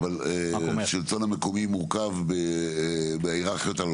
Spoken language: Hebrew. אבל השלטון המקומי מורכב בהיררכיות על,